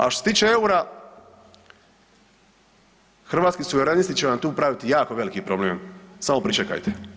A što se tiče EUR-a, Hrvatski suverenisti će vam tu praviti jako veliki problem, samo pričekajte.